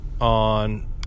on